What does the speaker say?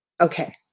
Okay